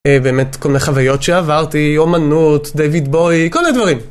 באמת, כל מיני חוויות שעברתי, אומנות, דויד בואי, כל מיני דברים.